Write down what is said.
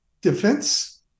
defense